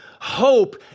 Hope